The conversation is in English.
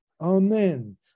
Amen